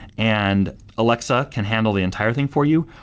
and alexa can handle the entire thing for you.